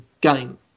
game